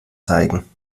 zeigen